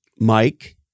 Mike